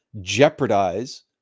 jeopardize